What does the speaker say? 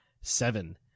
seven